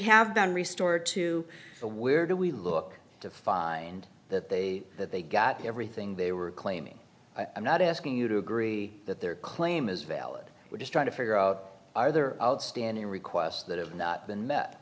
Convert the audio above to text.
have been restored to the where do we look to find that they that they got everything they were claiming i'm not asking you to agree that their claim is valid we're just trying to figure out are there outstanding requests that have not been met